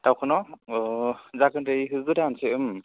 दाउखौ न जागोन दे एखौ गोदानसै